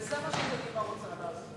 וזה מה שקדימה רוצה לעשות,